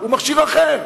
הוא מכשיר אחר.